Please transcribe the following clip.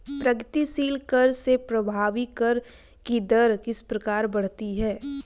प्रगतिशील कर से प्रभावी कर की दर किस प्रकार बढ़ती है?